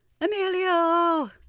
Emilio